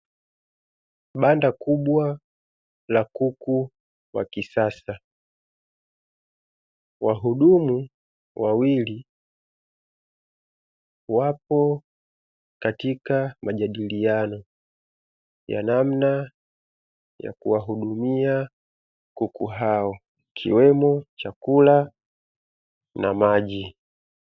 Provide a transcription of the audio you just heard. Banda kubwa la kuku wa kisasa. Wahudumu wawili wapo katika majadiliano ya namna ya kuwahudumia kuku hao, ikiwemo chakula na maji.